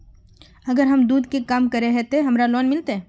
अगर हम दूध के काम करे है ते हमरा लोन मिलते?